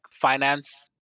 finance